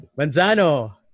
Manzano